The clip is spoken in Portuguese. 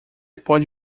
pode